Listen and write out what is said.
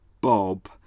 Bob